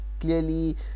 clearly